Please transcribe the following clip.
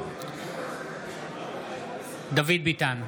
דוד ביטן,